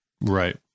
Right